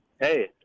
Hey